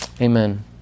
Amen